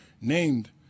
named